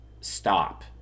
Stop